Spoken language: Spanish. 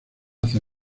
hace